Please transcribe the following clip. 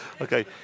Okay